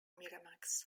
miramax